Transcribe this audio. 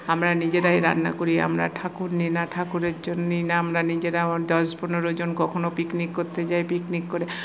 আমরা নিজেরাই রান্না করি আমরা ঠাকুর নি না ঠাকুরের জন্য আমরা নিজেরা দশ পনেরো জন কখনো পিকনিক করতে যায় পিকনিক করে